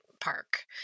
park